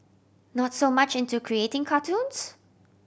not so much into creating cartoons